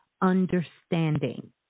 understanding